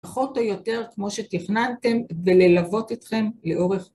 פחות או יותר כמו שתכננתם וללוות אתכם לאורך